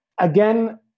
again